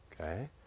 okay